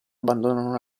abbandonano